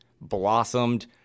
blossomed